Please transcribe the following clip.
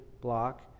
block